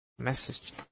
Message